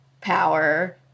power